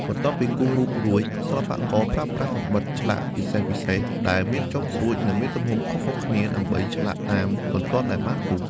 បន្ទាប់ពីគូសរូបរួច សិល្បករប្រើប្រាស់កាំបិតឆ្លាក់ពិសេសៗដែលមានចុងស្រួចនិងមានទំហំខុសៗគ្នាដើម្បីឆ្លាក់តាមបន្ទាត់ដែលបានគូស។